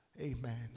Amen